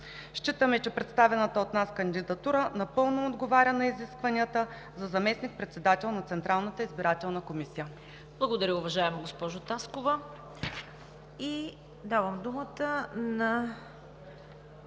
Считаме, че представената от нас кандидатура напълно отговаря на изискванията за заместник-председател на Централната избирателна комисия. Благодаря. ПРЕДСЕДАТЕЛ